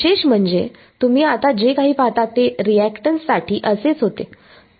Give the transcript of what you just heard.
विशेष म्हणजे तुम्ही आता जे काही पाहता ते रिएक्टन्ससाठी असेच होते